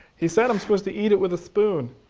he said i'm supposed to eat it with a spoon.